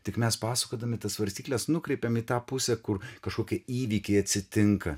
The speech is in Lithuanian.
tik mes pasakodami tas svarstykles nukreipiam į tą pusę kur kažkokie įvykiai atsitinka